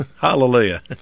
Hallelujah